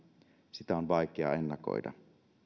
sitä on vaikea ennakoida